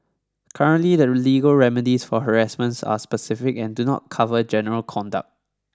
currently the legal remedies for harassment are specific and do not cover general conduct